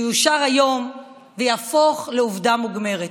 והוא יאושר היום ויהפוך לעובדה מוגמרת.